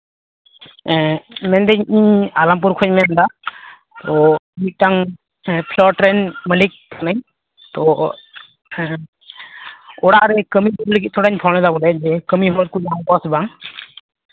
ᱢᱮᱱᱫᱟᱹᱧ ᱤᱧ ᱟᱞᱚᱢᱯᱩᱨ ᱠᱷᱚᱱᱤᱧ ᱢᱮᱱ ᱮᱫᱟ ᱛᱚ ᱢᱤᱫᱴᱟᱝ ᱯᱷᱚᱞᱴ ᱨᱮᱱ ᱢᱟᱹᱞᱤᱠ ᱠᱟᱹᱱᱟᱹᱧ ᱛᱚ ᱦᱮᱸ ᱚᱲᱟᱜ ᱨᱮ ᱠᱟᱹᱢᱤ ᱞᱟᱹᱜᱤᱫ ᱛᱷᱚᱲᱟᱧ ᱯᱷᱳᱱ ᱞᱮᱫᱟ ᱵᱚᱞᱮ ᱡᱮ ᱠᱟᱹᱢᱤ ᱦᱚᱲᱠᱚ ᱧᱟᱢ ᱠᱚᱜᱼᱟ ᱥᱮ ᱵᱟᱝ